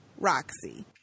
Roxy